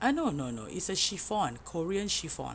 ah no no no it's a chiffon Korean chiffon